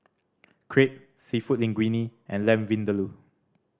Crepe Seafood Linguine and Lamb Vindaloo